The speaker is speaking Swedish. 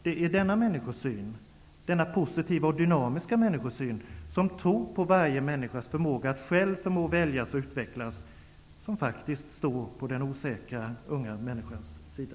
Det är denna människosyn, denna positiva och dynamiska människosyn, som tror på varje människas förmåga att själv välja och utvecklas, som står på den osäkra unga människans sida.